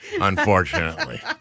Unfortunately